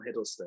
Hiddleston